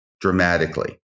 dramatically